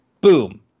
boom